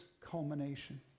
culmination